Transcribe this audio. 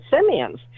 simians